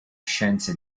scienze